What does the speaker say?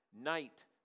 night